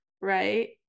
right